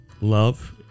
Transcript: love